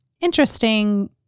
Interesting